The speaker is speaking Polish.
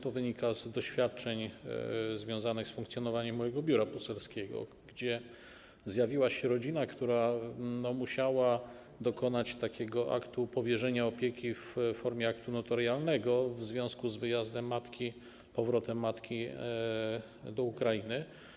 To wynika z doświadczeń związanych z funkcjonowaniem mojego biura poselskiego, gdzie zjawiła się rodzina, która musiała dokonać aktu powierzenia opieki w formie aktu notarialnego w związku z powrotem matki na Ukrainę.